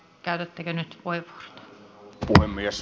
arvoisa rouva puhemies